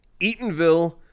Eatonville